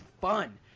fun